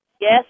Yes